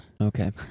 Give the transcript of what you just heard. Okay